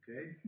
Okay